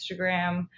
Instagram